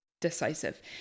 decisive